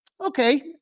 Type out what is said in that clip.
Okay